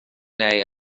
neu